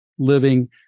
living